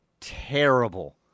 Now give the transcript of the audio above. terrible